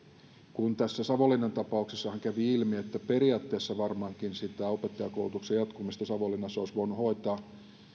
tässä savonlinnan tapauksessahan kävi ilmi että periaatteessa varmaankin opettajakoulutuksen jatkumista savonlinnassa olisi voinut hoitaa